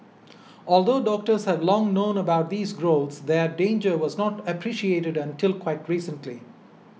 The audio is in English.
although doctors have long known about these growths their danger was not appreciated until quite recently